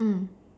mm